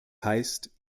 heißt